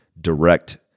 direct